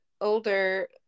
older